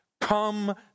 come